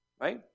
right